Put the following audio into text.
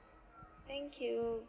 thank you